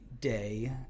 day